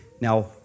Now